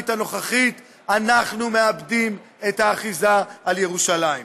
הירושלמית הנוכחית אנחנו מאבדים את האחיזה בירושלים.